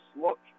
look